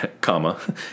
comma